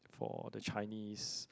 for the Chinese